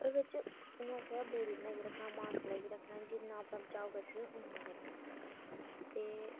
एह्दे च उ'नें आखेआ दूरी बनाइयै रक्खना मास्क लाइयै रक्खना जिन्ना अपना बचाव करी सकदे उन्ना करना ते